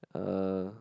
uh